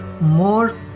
more